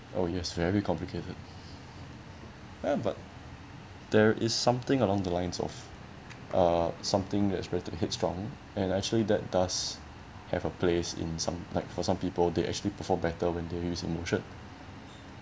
oh yes very complicated ya but there is something along the lines of uh something that is better headstrong and actually that does have a place in some like for some people they actually perform better when they use emotion